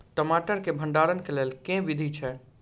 टमाटर केँ भण्डारण केँ लेल केँ विधि छैय?